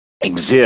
exist